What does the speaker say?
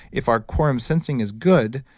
if our quorum sensing is good,